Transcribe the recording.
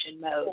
mode